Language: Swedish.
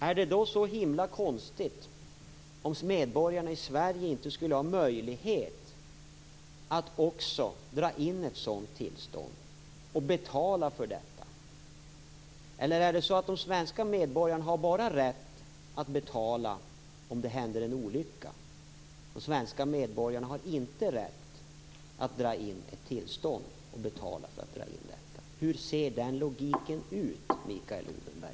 Är det då så himla konstigt att medborgarna i Sverige skulle ha möjlighet att också dra in ett sådant tillstånd och betala för detta? Eller är det så att de svenska medborgarna bara har rätt att betala om det händer en olycka, att de inte har rätt att dra in ett tillstånd och betala för detta? Hur ser den logiken ut, Mikael Odenberg?